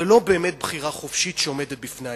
זה לא באמת בחירה חופשית שעומדת בפני האזרח.